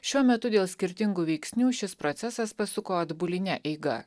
šiuo metu dėl skirtingų veiksnių šis procesas pasuko atbuline eiga